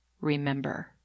remember